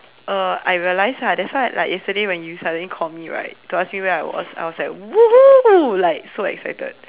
uh I realized lah that's why like yesterday when you suddenly called me right to ask me where I was I was like !woohoo! like so excited